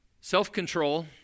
self-control